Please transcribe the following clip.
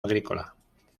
agrícola